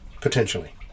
potentially